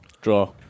Draw